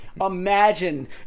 imagine